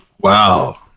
wow